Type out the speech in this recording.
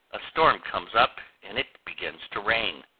a storm comes up and it begins to rain.